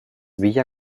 villa